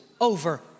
over